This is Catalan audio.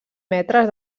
metres